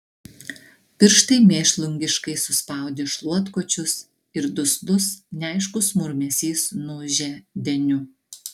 pirštai mėšlungiškai suspaudė šluotkočius ir duslus neaiškus murmesys nuūžė deniu